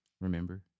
Remember